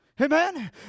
Amen